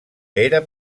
era